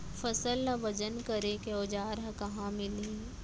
फसल ला वजन करे के औज़ार हा कहाँ मिलही?